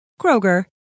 Kroger